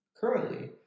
Currently